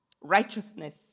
Righteousness